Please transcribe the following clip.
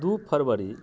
दू फरवरी